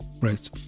right